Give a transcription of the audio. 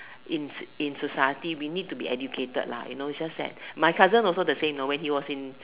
in in society we need to be educated lah you know it's just that my cousin also the same know when he was in